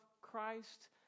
Christ